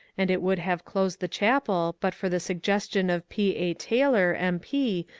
and it would have closed the chapel but for the suggestion of p. a. taylor, m. p,